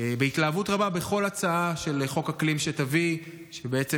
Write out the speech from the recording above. בהתלהבות רבה בכל הצעה של חוק אקלים שתביאי שבעצם